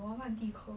罗曼蒂克